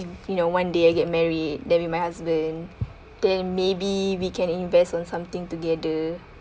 if you know one day I get married then with my husband then maybe we can invest on something together